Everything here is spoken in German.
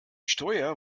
steuer